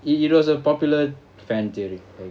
it it was a popular fan theory